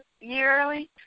yearly